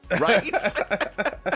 Right